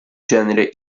genere